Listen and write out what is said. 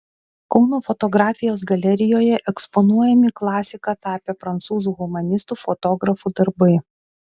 kauno fotografijos galerijoje eksponuojami klasika tapę prancūzų humanistų fotografų darbai